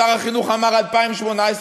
שר החינוך אמר 2018,